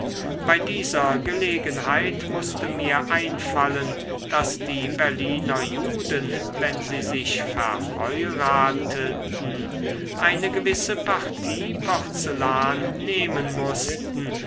bei dieser gelegenheit mußte mir einfallen daß die berliner juden wenn sie sich verheurateten eine gewisse partie porzellan nehmen mußten